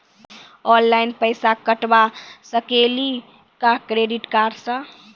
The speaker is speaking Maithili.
ऑनलाइन पैसा कटवा सकेली का क्रेडिट कार्ड सा?